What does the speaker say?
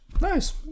Nice